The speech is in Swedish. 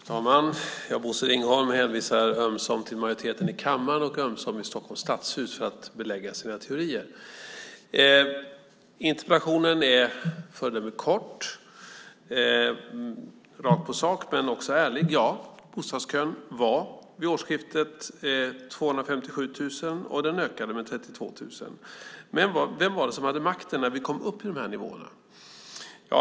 Fru talman! Bosse Ringholm hänvisar ömsom till majoriteten i kammaren och ömsom till majoriteten i Stockholms stadshus för att belägga sina teorier. Interpellationen är föredömligt kort och rakt på sak, men också ärlig. Ja, bostadskön bestod vid årsskiftet av 257 000 personer, och den ökade med 32 000 personer. Vem var det som hade makten när vi kom upp i de här nivåerna?